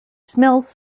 smells